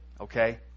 okay